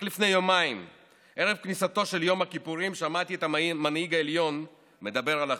רק שבכל ההופעות האלו הוא שכח להגיד מה הוא,